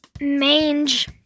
Mange